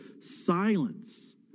silence